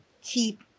keep